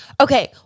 okay